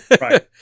Right